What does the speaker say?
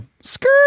skirt